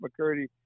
McCurdy